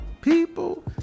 people